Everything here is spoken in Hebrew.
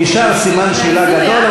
נשאר סימן שאלה גדול,